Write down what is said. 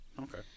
Okay